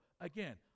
Again